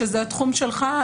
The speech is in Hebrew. שזה התחום שלך,